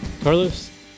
Carlos